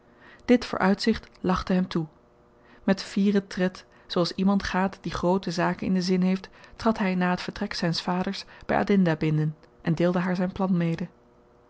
dit vooruitzicht lachte hem toe met fieren tred zooals iemand gaat die groote zaken in den zin heeft trad hy na t vertrek zyns vaders by adinda binnen en deelde haar zyn plan mede